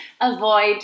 Avoid